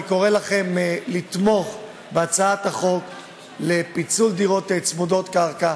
אני קורא לכם לתמוך בהצעת החוק לפיצול דירות צמודות קרקע,